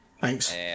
Thanks